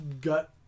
gut